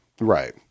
Right